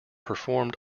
performed